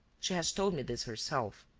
she has told me this herself.